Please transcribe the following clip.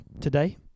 today